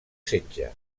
setge